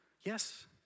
Yes